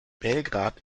belgrad